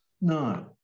No